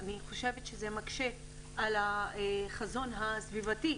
אני חושבת שזה מקשה על החזון הסביבתי